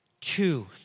two